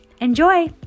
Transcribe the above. Enjoy